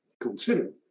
consider